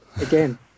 again